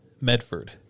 Medford